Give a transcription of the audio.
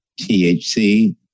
THC